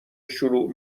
شروع